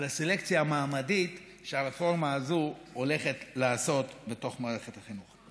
על הסלקציה המעמדית שהרפורמה הזאת הולכת לעשות בתוך מערכת החינוך.